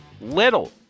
little